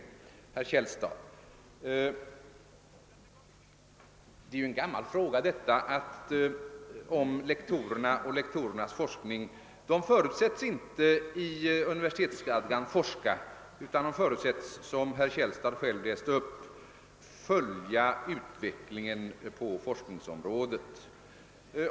Till herr Källstad vill jag säga att frågan om lektorernas forskning är en gammal fråga. I universitetsstadgan förutsätts det inte att lektorerna skall forska, utan de förutsätts, såsom herr Källstad själv läste upp, följa utvecklingen på forskningsområdet.